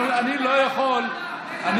אני לא יכול, בוועדה.